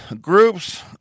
Groups